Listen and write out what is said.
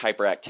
hyperactivity